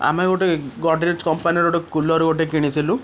ଆମେ ଗୋଟେ ଗଡ଼ରେଜ କମ୍ପାନୀର ଗୋଟେ କୁଲର୍ ଗୋଟେ କିଣିଥିଲୁ